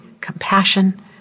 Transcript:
compassion